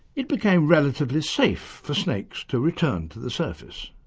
it became relatively safe for snakes to return to the surface.